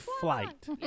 flight